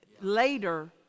later